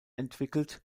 entwickelt